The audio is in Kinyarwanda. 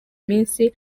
minsi